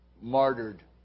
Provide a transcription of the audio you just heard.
martyred